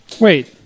Wait